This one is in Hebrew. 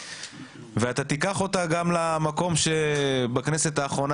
ואתה תיקח אותה גם למקום שבכנסת האחרונה